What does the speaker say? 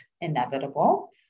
inevitable